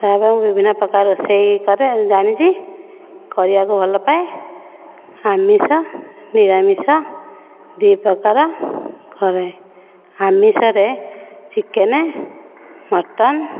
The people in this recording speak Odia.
ତା ପାଇଁ ବିଭିନ୍ନ ପ୍ରକାର ରୋଷେଇ କରେ ଜାଣିଛି କରିବାକୁ ଭଲପାଏ ଆମିଷ ନିରାମିଷ ଦୁଇପ୍ରକାର କରେ ଆମିଷରେ ଚିକେନ ମଟନ